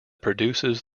produces